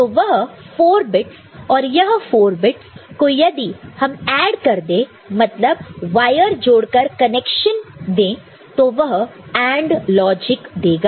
तो वह 4 बिट्स और यह 4 बिट्स को यदि हम ऐड कर दें मतलब वायर जोड़कर कनेक्शन दे तो वह AND लॉजिक देगा